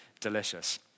delicious